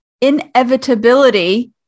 inevitability